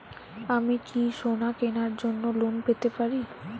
আমি কি সোনা কেনার জন্য লোন পেতে পারি?